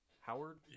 Howard